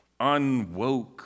unwoke